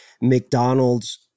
McDonald's